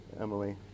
Emily